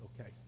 Okay